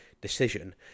decision